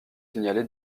signalé